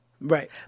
Right